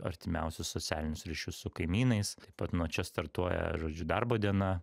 artimiausius socialinius ryšius su kaimynais taip pat nuo čia startuoja žodžiu darbo diena